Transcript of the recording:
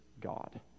God